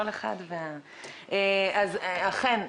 אכן,